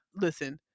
listen